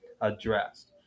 addressed